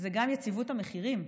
זה גם יציבות המחירים.